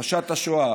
הכחשת השואה,